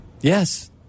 Yes